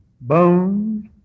bones